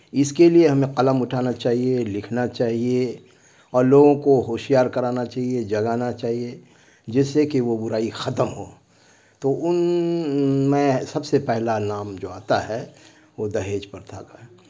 اس کے لیے ہمیں قلم اٹھانا چاہیے لکھنا چاہیے اور لوگوں کو ہوشیار کرانا چاہیے جگانا چاہیے جس سے کہ وہ برائی ختم ہو تو ان میں سب سے پہلا نام جو آتا ہے وہ دہیج پرتھا کا ہے